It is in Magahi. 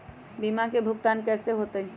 बीमा के भुगतान कैसे होतइ?